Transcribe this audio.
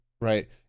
right